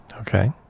Okay